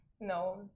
No